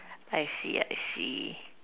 I see I see